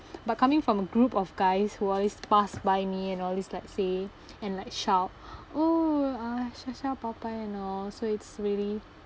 but coming from a group of guys who always passed by me and always like say and like shout oh uh shasha papan and all so it's really